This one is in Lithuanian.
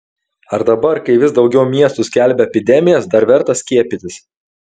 ar dabar kai vis daugiau miestų skelbia epidemijas dar verta skiepytis